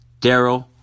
Daryl